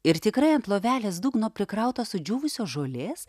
ir tikrai ant lovelės dugno prikrauta sudžiūvusios žolės